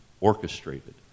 orchestrated